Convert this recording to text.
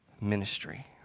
ministry